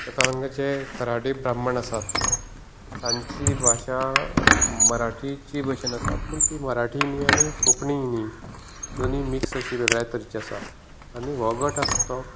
हांगचे कराडे ब्राह्मण आसात तांची भाशा मराठीचे भशेन आसा पूण ती मराठीय न्ही आनी कोंकणीय न्ही दोनूय मिक्स अशे वेगळ्या तरेचे आसात आनी हो गट आसा तो